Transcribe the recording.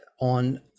on